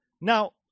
Now